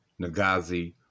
nagazi